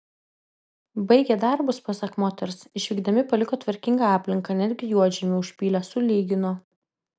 baigę darbus pasak moters išvykdami paliko tvarkingą aplinką netgi juodžemį užpylė sulygino